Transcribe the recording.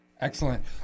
Excellent